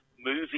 movie